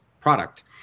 product